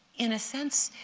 in a sense,